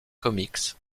comics